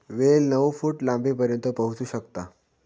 वेल नऊ फूट लांबीपर्यंत पोहोचू शकता